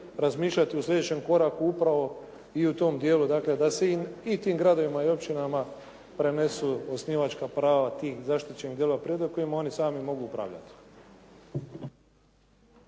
razmišljati o sljedećoj koraku upravo i u tom dijelu dakle da se i tim gradovima i općinama prenesu osnivačka prava tih zaštićenih dijelova prirode kojima oni sami mogu upravljati.